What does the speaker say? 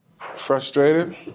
Frustrated